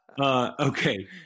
Okay